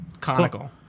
Conical